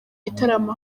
gitaramo